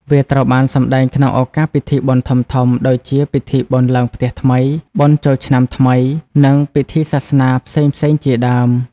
វាត្រូវបានសម្តែងក្នុងឱកាសពិធីបុណ្យធំៗ ដូចជាពិធីបុណ្យឡើងផ្ទះថ្មី បុណ្យចូលឆ្នាំថ្មី និងពិធីសាសនាផ្សេងៗជាដើម។